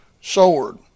sword